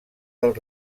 del